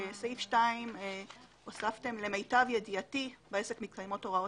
בסעיף 2 הוספתם "למיטב ידיעתי בעסק מתקיימות הוראות".